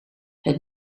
het